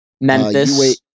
Memphis